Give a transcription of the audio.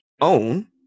own